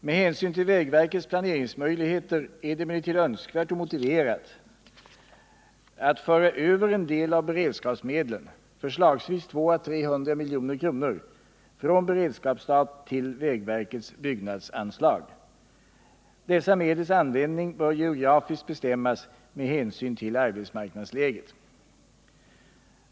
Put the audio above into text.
Med hänsyn till vägverkets planeringsmöjligheter är det emellertid önskvärt och motiverat att föra över en del av beredskapsmedlen - förslagsvis 200 å 300 milj.kr. — från beredskapsstat till vägverkets byggnadsanslag. Dessa medels användning bör geografiskt bestämmas med hänsyn till arbetsmarknadsläget.